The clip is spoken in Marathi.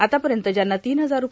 आतापर्यंत ज्यांना तीन हजार रू